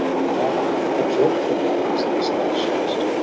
mother, a dreadful way is this thou shew'st.